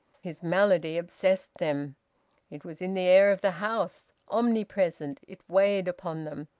his malady obsessed them it was in the air of the house, omnipresent it weighed upon them,